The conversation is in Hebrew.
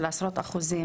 של עשרות אחוזים,